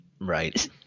Right